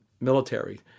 military